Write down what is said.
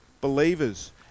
believers